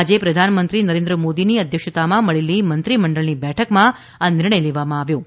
આજે પ્રધાનમંત્રી નરેન્દ્ર મોદીની અધ્યક્ષતામાં મળેલી મંત્રીમંડળની બેઠકમાં આ નિર્ણય લેવામાં આવ્યો છે